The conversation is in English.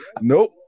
Nope